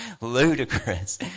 ludicrous